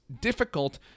difficult